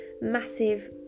massive